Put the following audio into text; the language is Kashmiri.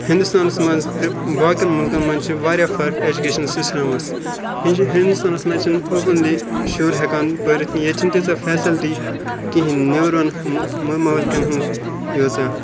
ہِندوستانَس منٛز تہِ باقٕیَن مٕلکَن منٛز چھِ واریاہ فرق اٮ۪جوکیشَن سِسٹَمَس یہِ چھِ ہِندوستانَس منٛز چھِنہٕ اوپٕنلی شُر ہٮ۪کان پٔرِتھ نہٕ ییٚتہِ چھِنہٕ تیٖژاہ فیسَلٹی کِہیٖنۍ نٮ۪برٕمَن مہٕ مَمٲلکَن ہُنٛد ییٖژاہ